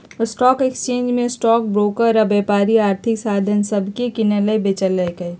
stock exchange में stock broker आऽ व्यापारी आर्थिक साधन सभके किनलक बेचलक